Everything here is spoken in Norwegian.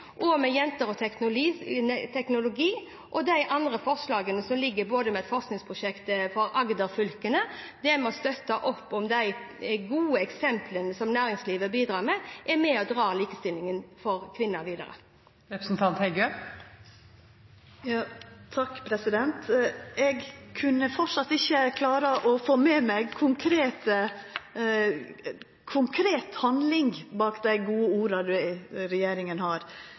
jenter og teknologi, og i de andre forslagene som ligger her, bl.a. et forskningsprosjekt for Agder-fylkene. Det å støtte opp om de gode eksemplene som næringslivet bidrar med, er med på å dra likestillingen av kvinner videre. Eg kunne framleis ikkje klara å få med meg konkret handling bak dei gode orda regjeringa har.